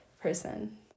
person